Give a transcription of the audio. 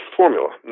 formula